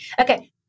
Okay